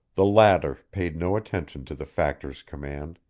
the latter paid no attention to the factor's command.